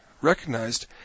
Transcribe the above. recognized